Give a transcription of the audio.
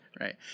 Right